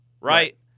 right